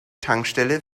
tankstelle